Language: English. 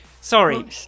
sorry